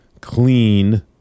clean